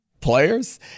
players